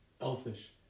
Elfish